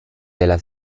della